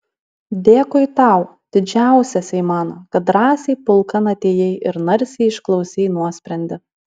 dėkui tau didžiausiasai mano kad drąsiai pulkan atėjai ir narsiai išklausei nuosprendį